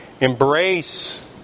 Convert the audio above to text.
embrace